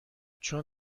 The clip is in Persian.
چون